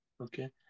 Okay